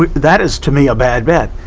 that is, to me, a bad bet.